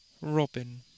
Robin